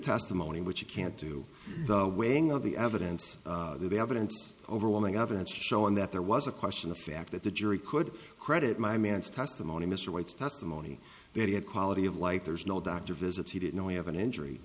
testimony which you can't do the weighing of the evidence the evidence overwhelming evidence showing that there was a question the fact that the jury could credit my man's testimony mr white's testimony that he had quality of life there's no doctor visits he did know of an injury